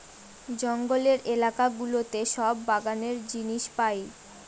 জঙ্গলের এলাকা গুলোতে সব বাগানের জিনিস পাই